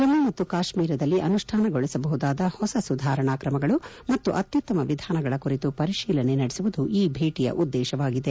ಜಮ್ನು ಮತ್ತು ಕಾಶ್ಮೀರದಲ್ಲಿ ಅನುಷ್ಠಾನಗೊಳಿಸಬಹುದಾದ ಹೊಸ ಸುಧಾರಣಾ ತ್ರಮಗಳು ಮತ್ತು ಅತ್ಟುತ್ತಮ ವಿಧಾನಗಳ ಕುರಿತು ಪರಿಶೀಲನೆ ನಡೆಸುವುದು ಈ ಭೇಟಿಯ ಉದ್ಗೇಶವಾಗಿದೆ